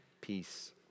peace